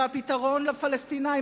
והפתרון לפלסטינים,